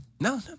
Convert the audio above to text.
No